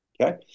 Okay